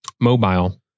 mobile